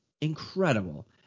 Incredible